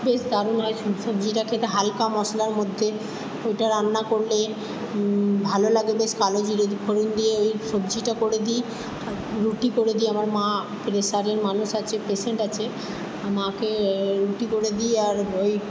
বেশ দারুণ হয় সোব সবজিটা খেতে হালকা মশলার মধ্যে ওটা রান্না করলে ভালো লাগে বেশ কালো জিরে ফোড়ন দিয়ে ওই সবজিটা করে দিই আর রুটি করে দিই আমার মা প্রেশারের মানুষ আচে পেশেন্ট আছে মাকে রুটি করে দিই আর ওই